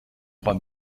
trois